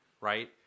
right